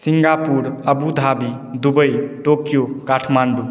Singapore Abu Dhabi Dubai Tokyo Kathmandu